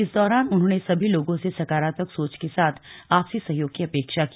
इस दौरान उन्होंने सभी लोगों से सकारात्मक सोच के साथ आपसी सहयोग की अपेक्षा की